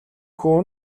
хүү